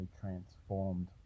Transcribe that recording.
transformed